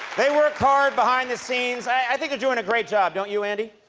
they work hard behind the scenes. i think they're doing a great job, don't you, andy?